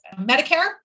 Medicare